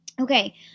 okay